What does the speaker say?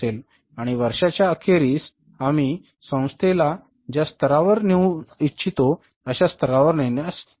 आणि वर्षाच्या अखेरीस आम्ही संस्थेला ज्या स्तरावर नेऊ इच्छितो अशा स्तरावर नेण्यास सक्षम आहोत